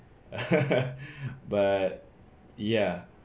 but ya